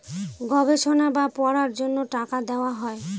গবেষণা বা পড়ার জন্য টাকা দেওয়া হয়